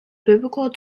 biblical